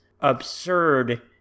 absurd